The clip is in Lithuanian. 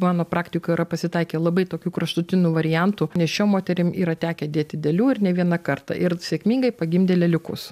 mano praktikoj yra pasitaikę labai tokių kraštutinių variantų nėščiom moterim yra tekę dėti dėlių ir ne vieną kartą ir sėkmingai pagimdė lėliukus